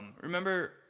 Remember